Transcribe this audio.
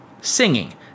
Singing